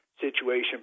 situation